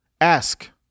Ask